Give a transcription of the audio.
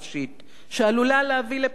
שעלולה להביא לפערי ענק,